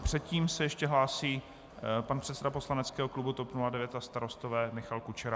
Předtím se ještě hlásí pan předseda poslaneckého klubu TOP 09 a Starostové Michal Kučera.